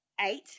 eight